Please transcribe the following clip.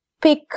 pick